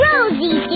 Rosie